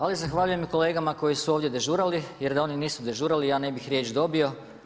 Ali zahvaljujem i kolegama koji su ovdje dežurali, jer da oni nisu dežurali ja ne bih riječ dobio.